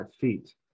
feet